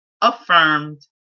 affirmed